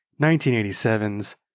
1987's